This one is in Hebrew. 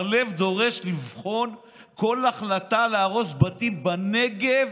בר לב דורש לבחון כל החלטה להרוס בתים בנגב